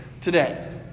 today